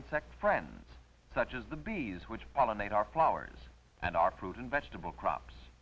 insect friends such as the bees which pollinate our flowers and our fruit and vegetable crops